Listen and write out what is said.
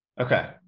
Okay